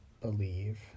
believe